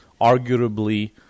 arguably